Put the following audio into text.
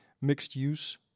mixed-use